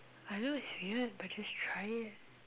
I know it's weird but just try it